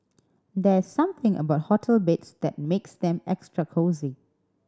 there's something about hotel beds that makes them extra cosy